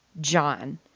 John